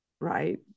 Right